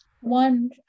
One